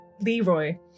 Leroy